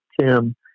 Tim